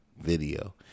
video